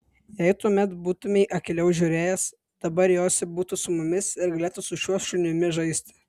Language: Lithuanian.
jei tuomet būtumei akyliau žiūrėjęs dabar josi būtų su mumis ir galėtų su šiuo šunimi žaisti